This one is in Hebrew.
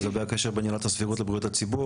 לגבי הקשר בין עילת הסבירות לבריאות הציבור,